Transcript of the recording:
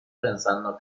pensando